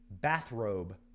bathrobe